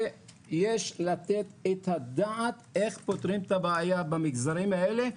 יש לתת את הדעת איך פותרים את הבעיה במגזרים האלה.